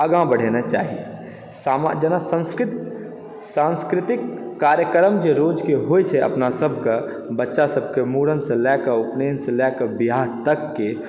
आगा बढेनाइ चाही जेना संस्कृत सांस्कृतिक कार्यक्रम जे रोजके होइ छै अपना सबकेँ बच्चा सबकेँ मुरन सँ लए कऽ उपनयन सँ लए कऽ बियाह तक के